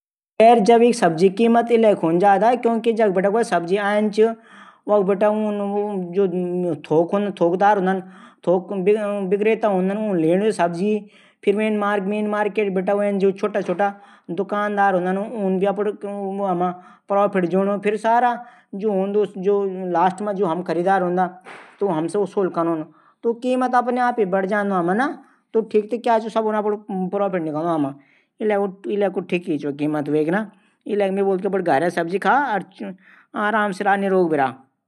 जैविक सब्ज़ियाँ कू उत्पादन जैविक खेती तीरके से हूंदू जैमा कुई रासायनिक कीटनाशक उपयोग नी कैरें जांदूं। फिर किले की ऊंमा ज्यादा मेहनत भी करें जांदी और वांके संसाधन भी चैंदा इले ऊंकी कीमत ज्यादा हूंदी